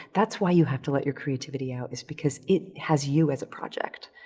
that's why you have to let your creativity out is because it has you as a project.